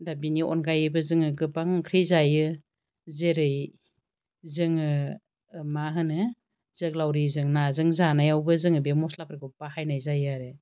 दा बेनि अनगायैबो जोङो गोबां ओंख्रि जायो जेरै जोङो मा होनो जोग्लावरिजों नाजों जानायावबो जोङो बे मस्लाफोरखौ बाहायनाय जायो आरो